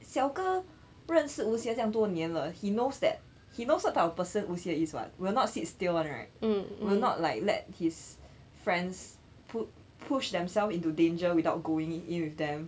小哥认识 wu xie 这样多年了 he knows that he knows what type of person wu xie is what will not sit still [one] right will not like let his friends put push themselves into danger without going in with them